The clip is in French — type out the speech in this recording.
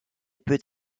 peut